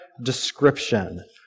description